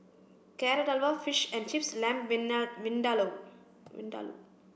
Carrot Halwa Fish and Chips and Lamb Vindaloo Vindaloo